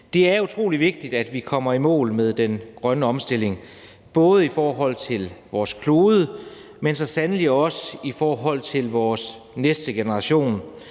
Det er utrolig vigtigt, at vi kommer i mål med den grønne omstilling, både i forhold til vores klode, men så sandelig også i forhold til vores næste generation.